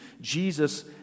Jesus